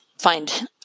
find